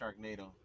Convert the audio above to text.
Sharknado